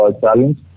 challenge